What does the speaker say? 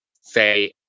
say